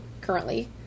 currently